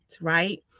right